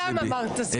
דברי טעם אמרת, שמחה.